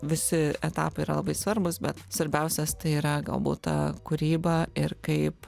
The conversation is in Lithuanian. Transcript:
visi etapai yra labai svarbūs bet svarbiausias tai yra galbūt ta kūryba ir kaip